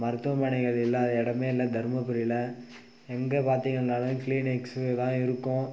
மருத்துவமனைகள் இல்லாத இடமே இல்லை தருமபுரியில் எங்கே பார்த்தீங்கன்னாலும் கிளீனிக்ஸு தான் இருக்கும்